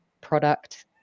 product